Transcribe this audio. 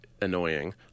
annoying